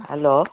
hello